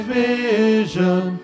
vision